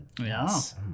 yes